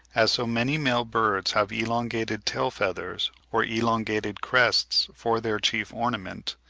as so many male birds have elongated tail-feathers or elongated crests for their chief ornament,